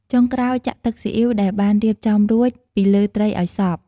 ចុងក្រោយ ចាក់ ទឹកស៊ីអុីវ ដែលបានរៀបចំរួចពីលើត្រីឲ្យសព្វ។